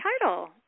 title